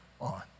on